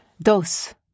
Dos